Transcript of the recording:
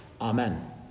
Amen